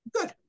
good